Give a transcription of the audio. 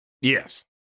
yes